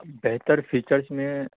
بہتر فیچرس میں